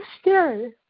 scary